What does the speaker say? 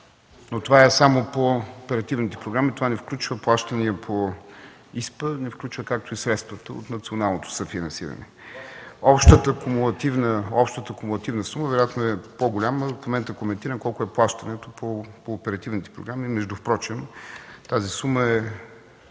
Но това е само по оперативните програми, не включва плащания по ИСПА, както не включва и средствата от националното съфинансиране. Общата кумулативна сума вероятно е по-голяма. В момента коментирам колко е плащането по оперативните програми. Впрочем тази сума е